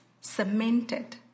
cemented